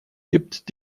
gibt